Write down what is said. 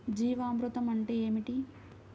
జీవామృతం అంటే ఏమిటి?